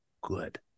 good